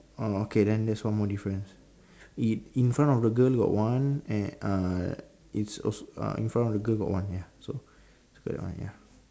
oh okay then that's one more difference in in front of the girl got one and uh is also uh in front of the girl got one ya so is that one ya